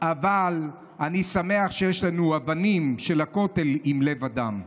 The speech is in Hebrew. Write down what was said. אבל אני שמח שיש לנו אבנים של הכותל עם לב אדם.